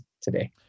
today